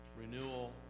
renewal